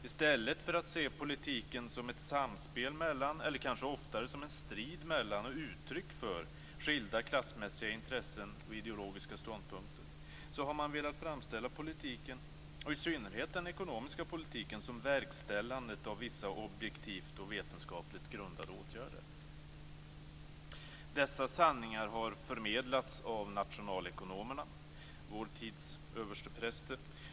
I stället för att se politiken som ett samspel mellan, eller kanske oftare som en strid mellan och uttryck för, skilda klassmässiga intressen och ideologiska ståndpunkter har man velat framställa politiken, i synnerhet den ekonomiska politiken, som verkställandet av vissa objektivt och vetenskapligt grundade åtgärder. Dessa sanningar har förmedlats av nationalekonomerna, vår tids överstepräster.